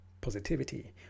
positivity